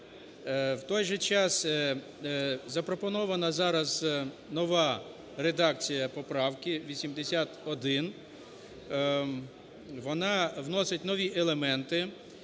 В той же час запропонована зараз нова редакція поправки 81, вона вносить нові елементи.